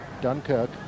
Dunkirk